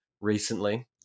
recently